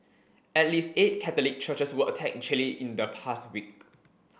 at least eight Catholic churches were attacked in Chile in the past week